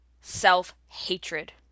self-hatred